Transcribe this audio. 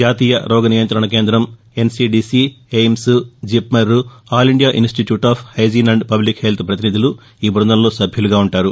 జాతీయ రోగ నియంతణ కేందం NCDC AIIMS JIPMER all India institute of hygiene and public health ప్రతినిధులు ఈ బృందంలో సభ్యులుగా ఉంటారు